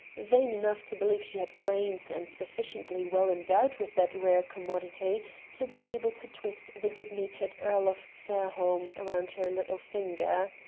vain enough to believe she had brains, and sufficiently well endowed with that rare commodity to be able to twist the good-natured earl of fairholme round her little finger.